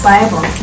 Bible